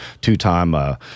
two-time